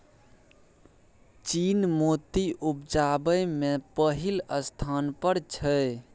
चीन मोती उपजाबै मे पहिल स्थान पर छै